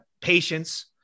patience